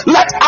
Let